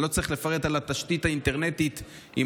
אני לא צריך לפרט על התשתית האינטרנטית עם